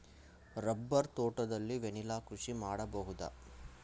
Rubber ತೋಟದಲ್ಲಿ vanilla ಕೃಷಿ ಮಾಡಬಹುದಾ?